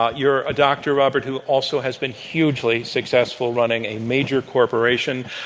ah you're a doctor, robert, who also has been hugely successful running a major corporation.